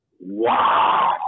Wow